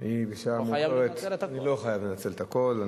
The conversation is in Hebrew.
אתה לא חייב לנצל את הכול.